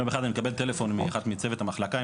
יום אחד אני מקבל טלפון מאחד מצוות המחלקה,